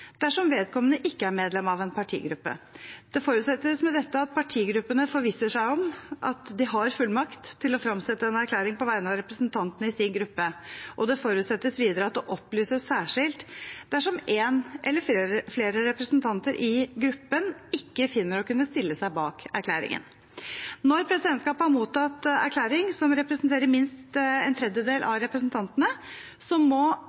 dersom vedkommende ikke er medlem av en partigruppe. Det forutsettes med dette at partigruppene forvisser seg om at de har fullmakt til å fremsette en erklæring på vegne av representantene i sin gruppe. Det forutsettes videre at det opplyses særskilt dersom en eller flere representanter i gruppen ikke finner å kunne stille seg bak erklæringen. Når presidentskapet har mottatt erklæring som representerer minst en tredjedel av representantene, må